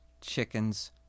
Chickens